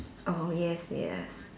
oh yes yes